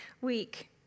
week